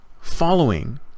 following